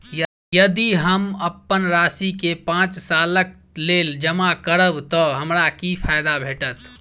यदि हम अप्पन राशि केँ पांच सालक लेल जमा करब तऽ हमरा की फायदा भेटत?